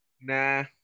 Nah